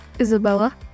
Isabella